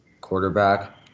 quarterback